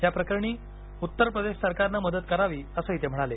याप्रकरणी उत्तर प्रदेश सरकारनं मदत करावी असंही ते म्हणाले